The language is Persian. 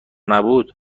نبود